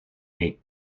est